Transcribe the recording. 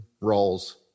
roles